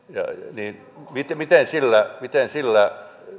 niin miten sillä miten sillä